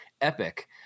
Epic